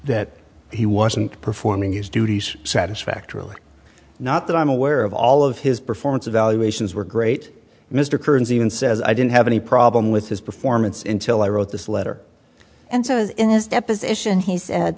that he wasn't performing his duties satisfactorily not that i'm aware of all of his performance evaluations were great mr kearns even says i didn't have any problem with his performance in till i wrote this letter and says in this deposition he said